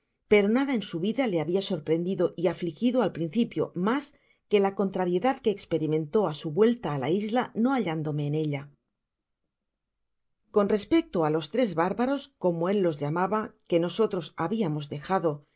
pero nada en su vida le habia sorprendido y afligido al principio mas que la contrariedad que esperimentó á su vuelta á la isla no hallándome en ella v i t con respecto á los tres bárbaros como él los llamaba qué nosotros habiamos dejado